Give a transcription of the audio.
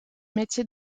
métier